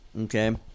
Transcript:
okay